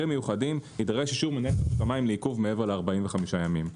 מיוחדים יידרש אישור מנהל רשות המים לעיכוב מעבר ל-45 ימים.